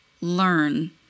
learn